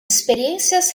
experiências